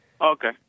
Okay